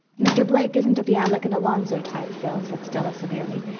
mr. blake isn't of the alec-and-alonzo type, phil, said stella severely.